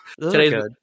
Today's